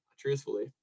truthfully